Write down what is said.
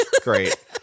Great